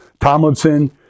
Tomlinson